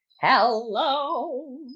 Hello